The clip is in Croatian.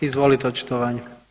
Izvolite očitovanje.